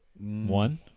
One